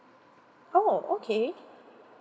oh okay